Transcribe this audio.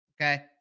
Okay